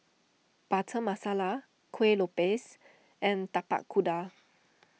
Butter Masala Kueh Lopes and Tapak Kuda